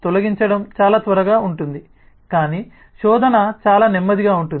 తొలగించండి చాలా త్వరగా ఉంటుంది కానీ శోధన చాలా నెమ్మదిగా ఉంటుంది